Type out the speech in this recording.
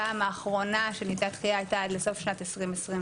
הפעם האחרונה שניתנה דחייה הייתה עד לסוף שנת 2022,